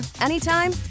anytime